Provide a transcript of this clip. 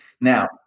Now